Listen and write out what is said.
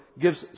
gives